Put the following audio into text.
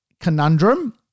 conundrum